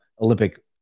olympic